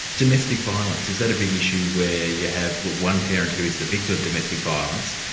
domestic violence, is that a big issue, where you have one parent who is the victim of domestic violence,